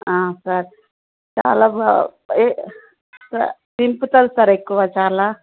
sir చాలా బాగా తిప్పుతుంది సార్ ఎక్కువ చాలా